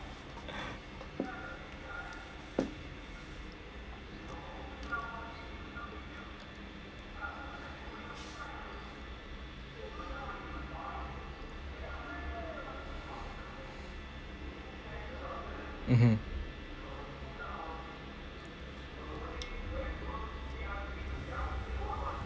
mmhmm